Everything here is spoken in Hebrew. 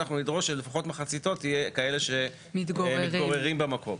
אנחנו נדרוש שלפחות מחציתו יהיה כאלה שמתגוררים במקום.